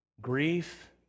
grief